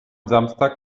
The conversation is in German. samstag